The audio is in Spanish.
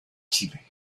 chile